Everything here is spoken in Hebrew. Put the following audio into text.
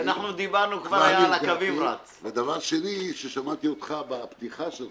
דבר שני, שמעתי אותך בפתיחה,